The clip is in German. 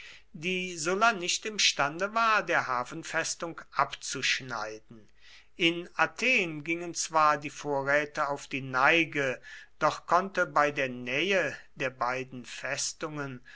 die sulla nicht imstande war der hafenfestung abzuschneiden in athen gingen zwar die vorräte auf die neige doch konnte bei der nähe der beiden festungen